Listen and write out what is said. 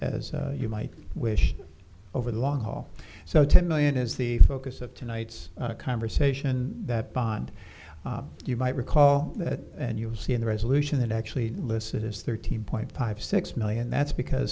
as you might wish over the long haul so ten million is the focus of tonight's conversation that bond you might recall that and you'll see in the resolution that actually listed is thirteen point five six million that's because